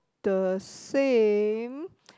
the same